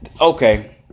okay